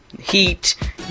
heat